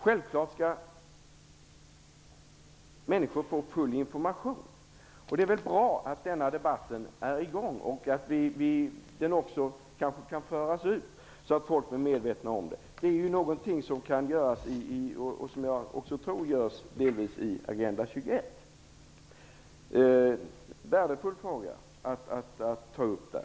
Självklart skall människor få full information. Det är bra att denna debatt är i gång och att den också kan föras ut så att folk blir medvetna om det. Det är någonting som jag också tror delvis görs i Agenda 21. Det är en värdefull fråga att ta upp där.